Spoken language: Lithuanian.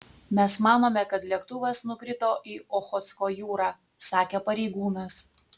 mes manome kad lėktuvas nukrito į ochotsko jūrą sakė pareigūnas